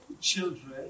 children